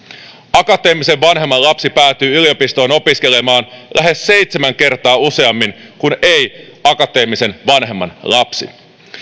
akateemisen vanhemman lapsi päätyy yliopistoon opiskelemaan lähes seitsemän kertaa useammin kuin ei akateemisen vanhemman lapsi